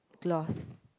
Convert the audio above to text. gloss